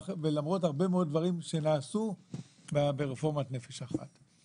ולמרות הרבה מאוד דברים שנעשו ברפורמת נפש אחת.